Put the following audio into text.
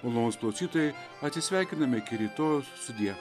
malonūs klausytojai atsisveikiname iki rytojaus sudie